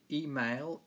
email